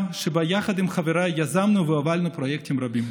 שבה יחד עם חבריי יזמנו והובלנו פרויקטים רבים.